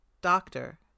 doctor